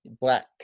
black